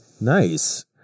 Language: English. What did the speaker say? Nice